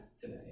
today